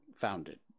founded